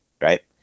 Right